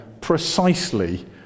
precisely